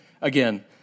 again